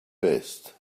best